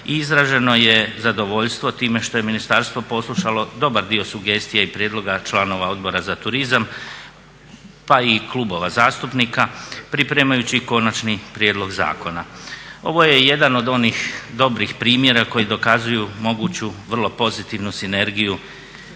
izraženo je zadovoljstvo time što je ministarstvo poslušalo dobar dio sugestija i prijedloga članova Odbora za turizam pa i klubova zastupnika pripremajući konačni prijedlog zakona. Ovo je jedan od onih dobrih primjera koji dokazuju moguću vrlo pozitivnu sinergiju